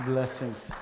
Blessings